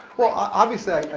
well obviously